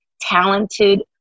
talented